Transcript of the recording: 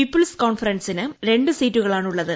people's കോൺഫറൻസിന് രണ്ട് സീറ്റുകളാണ് ഉള്ളത്